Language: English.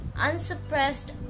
unsuppressed